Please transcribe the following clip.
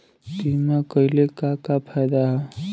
बीमा कइले का का फायदा ह?